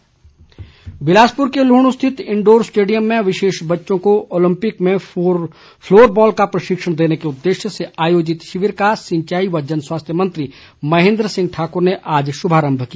महेन्द्र सिंह बिलासपुर के लूहणु स्थित indoor stadium में विशेष बच्चों को ओलंपिक में फलोरबॉल का प्रशिक्षण देने के उददेश्य से आयोजित शिविर का सिंचाई व जनस्वास्थ्य मंत्री महेन्द्र सिंह ने आज शुभारंभ किया